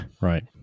Right